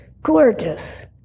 gorgeous